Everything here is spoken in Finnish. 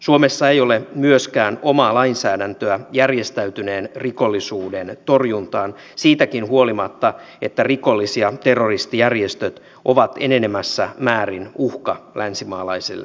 suomessa ei ole myöskään omaa lainsäädäntöä järjestäytyneen rikollisuuden torjuntaan siitäkään huolimatta että rikollis ja terroristijärjestöt ovat enenevässä määrin uhka länsimaalaisille sivistysvaltioille